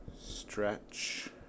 stretch